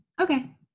Okay